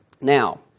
Now